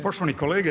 Poštovani kolege.